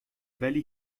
ولی